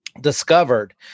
discovered